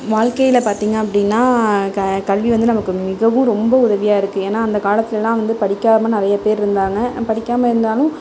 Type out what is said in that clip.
வாழ்க்கையில் பார்த்திங்க அப்படின்னா க கல்வி வந்து மிகவும் ரொம்ப உதவியாக இருக்குது ஏன்னால் அந்த காலத்துலெலாம் வந்து படிக்காமல் நிறைய பேர் இருந்தாங்க படிக்காமல் இருந்தாலும்